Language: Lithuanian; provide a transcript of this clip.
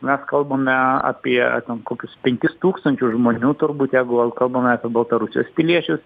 mes kalbame apie ten kokius penkis tūkstančius žmonių turbūt jeigu vėl kalbame apie baltarusijos piliečius